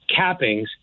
cappings